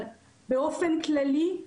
אבל זה כבר לא חמש דקות,